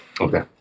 Okay